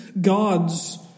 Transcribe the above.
God's